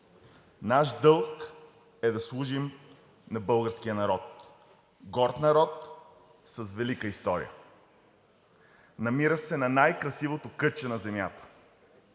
Наш дълг е да служим на българския народ – горд народ с велика история, намира се на най-красивото кътче на Земята,